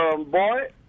boy